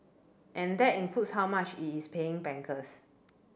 and that includes how much it is paying bankers